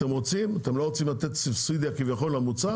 אתם לא רוצים לתת סובסידיה למוצר,